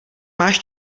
máš